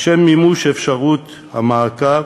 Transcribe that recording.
לשם מימוש אפשרות המעקב